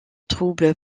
troubles